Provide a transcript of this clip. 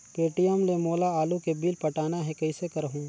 Paytm ले मोला आलू के बिल पटाना हे, कइसे करहुँ?